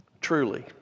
Truly